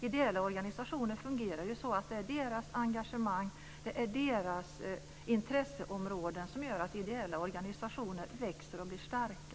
Ideella organisationer fungerar ju så att det är deras engagemang och deras intresseområden som gör att de växer och blir starka.